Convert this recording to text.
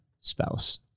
spouse